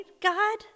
God